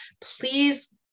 please